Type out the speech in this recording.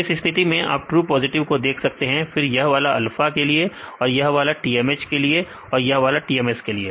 तो इस स्थिति में आप ट्रू पॉजिटिव को देख सकते हैं फिर यह वाला अल्फा के लिए यह वाला TMH के लिए और यह वाला TMS के लिए